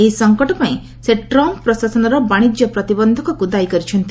ଏହି ସଙ୍କଟ ପାଇଁ ସେ ଟ୍ରମ୍ପ୍ ପ୍ରଶାସନର ବାଣିଜ୍ୟ ପ୍ରତିବନ୍ଧକକୁ ଦାୟୀ କରିଛନ୍ତି